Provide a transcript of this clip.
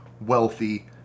wealthy